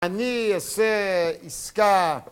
אני אעשה עסקה